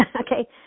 Okay